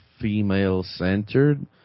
female-centered